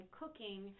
cooking